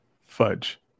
fudge